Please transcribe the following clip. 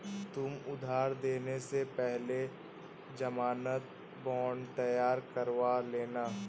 तुम उधार देने से पहले ज़मानत बॉन्ड तैयार करवा लेना